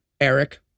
Eric